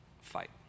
fight